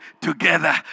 together